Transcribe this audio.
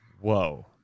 Whoa